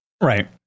Right